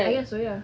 I guess so ya